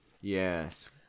Yes